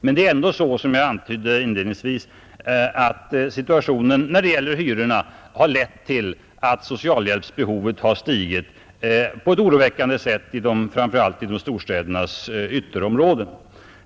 Men det är ändå så, att situationen med de höga hyrorna har lett till att socialhjälpsbehovet har stigit på ett oroväckande sätt, framför allt inom storstädernas ytterområden.